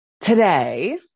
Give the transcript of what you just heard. today